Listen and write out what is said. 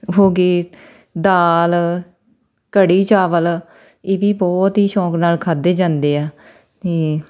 ਹੋ ਗਏ ਦਾਲ ਕੜੀ ਚਾਵਲ ਇਹ ਵੀ ਬਹੁਤ ਹੀ ਸ਼ੌਂਕ ਨਾਲ ਖਾਦੇ ਜਾਂਦੇ ਆ ਅਤੇ